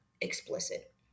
explicit